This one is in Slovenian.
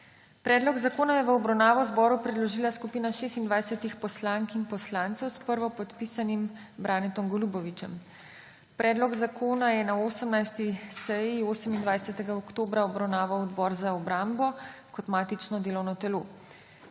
Predlog zakona je v obravnavo Državnemu zboru predložila skupina 26 poslank in poslancev s prvopodpisanim Branetom Golubovićem. Predlog zakona je na 18. seji 28. oktobra obravnaval Odbor za obrambo kot matično delovno telo.